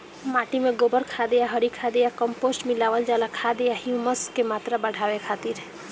माटी में गोबर खाद या हरी खाद या कम्पोस्ट मिलावल जाला खाद या ह्यूमस क मात्रा बढ़ावे खातिर?